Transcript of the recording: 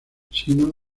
sino